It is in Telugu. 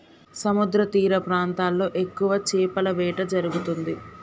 సముద్రతీర ప్రాంతాల్లో ఎక్కువ చేపల వేట జరుగుతుంది